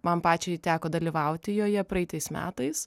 man pačiai teko dalyvauti joje praeitais metais